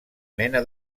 mena